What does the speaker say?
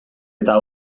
eta